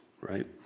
Right